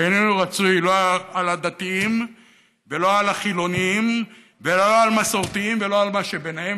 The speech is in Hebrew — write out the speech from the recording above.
שאיננו רצוי לא לדתיים ולא לחילונים ולא למסורתיים ולא למה שביניהם.